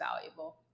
valuable